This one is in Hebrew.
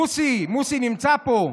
מוסי, מוסי נמצא פה?